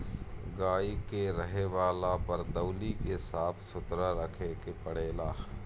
गाई के रहे वाला वरदौली के साफ़ सुथरा रखे के पड़ेला